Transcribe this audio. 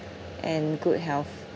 and good health